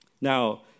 Now